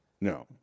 No